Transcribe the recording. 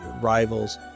rivals